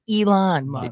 elon